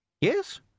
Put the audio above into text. Yes